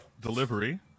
delivery